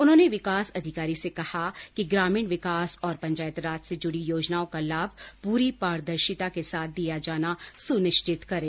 उन्होंने विकास अधिकारी से कहा कि ग्रामीण विकास और पंचायत राज से जुड़ी योजनाओं का लाभ पूरी पारदर्शिता के साथ दिया जाना सुनिश्चित करें